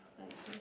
okay